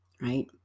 right